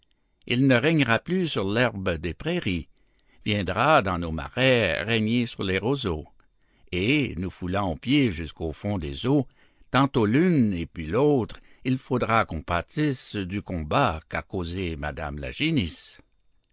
il ne régnera plus sur l'herbe des prairies viendra dans nos marais régner sur les roseaux et nous foulant aux pieds jusques au fond des eaux tantôt l'une et puis l'autre il faudra qu'on pâtisse du combat qu'a causé madame la